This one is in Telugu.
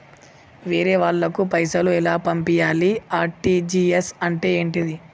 వేరే వాళ్ళకు పైసలు ఎలా పంపియ్యాలి? ఆర్.టి.జి.ఎస్ అంటే ఏంటిది?